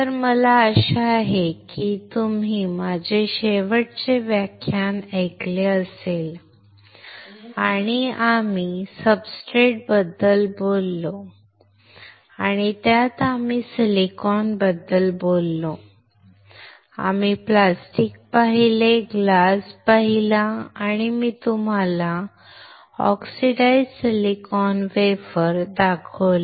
तर मला आशा आहे की तुम्ही माझे शेवटचे व्याख्यान ऐकले असेल आणि आम्ही सब्सट्रेटबद्दल बोललो आणि त्यात आम्ही सिलिकॉनबद्दल बोललो आम्ही प्लास्टिक पाहिले आम्ही काच पाहिला आणि मी तुम्हाला ऑक्सिडाइज्ड सिलिकॉन वेफर दाखवले